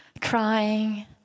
crying